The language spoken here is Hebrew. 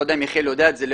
לא יודע אם יחיאל יודע את זה,